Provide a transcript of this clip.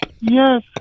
yes